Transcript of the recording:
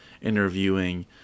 interviewing